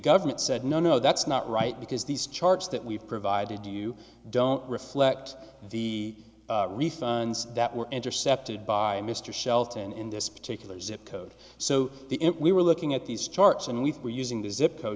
government said no no that's not right because these charge that we've provided you don't reflect the reasons that were intercepted by mr shelton in this particular zip code so the it we were looking at these charts and we were using the zip code